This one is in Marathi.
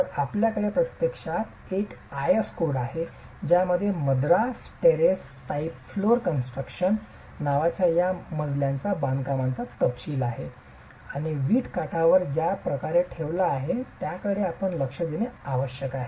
तर आपल्याकडे प्रत्यक्षात एक आयएस कोड आहे ज्यामध्ये Madras terrace type floor construction नावाच्या या मजल्यांच्या बांधकामाचा तपशील आहे आणि वीट काठावर ज्या प्रकारे ठेवला आहे त्याकडे आपण लक्ष देणे आवश्यक आहे